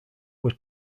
were